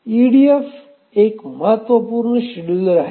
EDF एक महत्त्वपूर्ण scheduler आहे